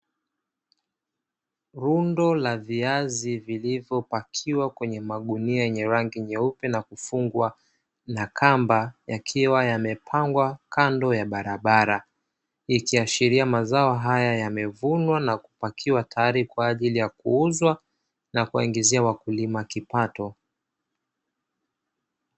Rundo la vizi vilivyo pakiwa kwenye magunia yenye rangi nyeupe na kufungwa na kamba yakiwa yamepangwa kando ya barabara, ikiashiria mazao haya yamevunwa na kupakiwa tayari kwaajili ya kuuzwa na kuwaingizia wakulima kipato.